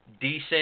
Decent